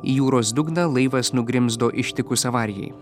į jūros dugną laivas nugrimzdo ištikus avarijai